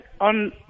on